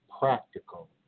practical